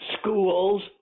schools